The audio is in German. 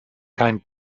kein